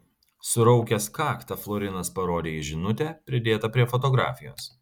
suraukęs kaktą florinas parodė į žinutę pridėtą prie fotografijos